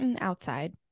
outside